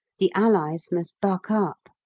the allies must buck up.